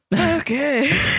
Okay